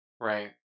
Right